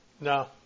No